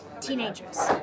Teenagers